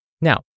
Now